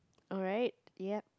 alright ya